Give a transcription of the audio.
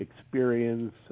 experience